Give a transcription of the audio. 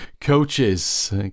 coaches